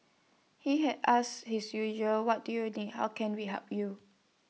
he had asked his usual what do you need how can we help you